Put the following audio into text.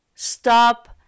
Stop